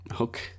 Okay